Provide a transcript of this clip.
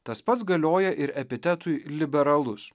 tas pats galioja ir epitetui liberalus